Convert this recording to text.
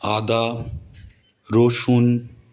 আদা রসুন